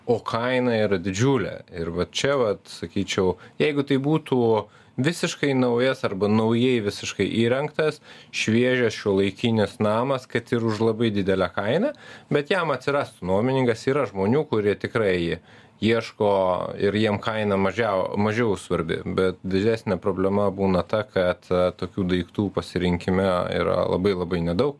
o kaina yra didžiulė ir va čia vat sakyčiau jeigu tai būtų visiškai naujas arba naujai visiškai įrengtas šviežias šiuolaikinis namas kad ir už labai didelę kainą bet jam atsirastų nuomininkas yra žmonių kurie tikrai ieško ir jiem kaina mažiau mažiau svarbi bet didesnė problema būna ta kad tokių daiktų pasirinkime yra labai labai nedaug